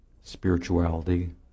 spirituality